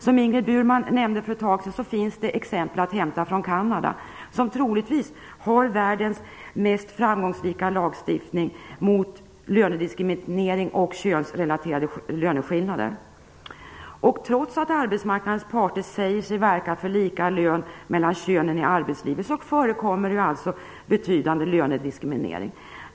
Som Ingrid Burman nämnde tidigare finns exempel att hämta från Kanada, som troligtvis har världens mest framgångsrika lagstiftning mot lönediskriminering och könsrelaterade löneskillnader. Trots att arbetsmarknadens parter säger sig verka för lika lön mellan könen i arbetslivet förekommer alltså betydande lönediskriminering.